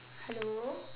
hello